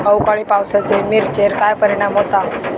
अवकाळी पावसाचे मिरचेर काय परिणाम होता?